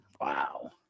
Wow